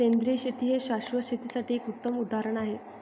सेंद्रिय शेती हे शाश्वत शेतीसाठी एक उत्तम उदाहरण आहे